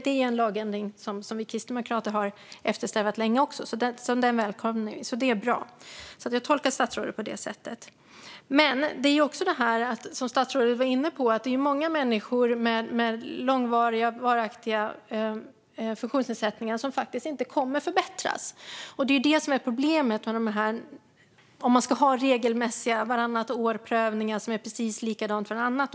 Det är en lagändring som vi kristdemokrater har eftersträvat länge, så den välkomnar vi. Jag tolkar statsrådet på det sättet. Men som statsrådet var inne på är det också många människor som har långvariga, varaktiga funktionsnedsättningar som faktiskt inte kommer att förbättras. Det är det som är problemet om man ska ha regelmässiga prövningar vartannat år som är precis likadana.